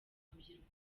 rubyiruko